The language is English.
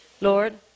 Lord